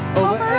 over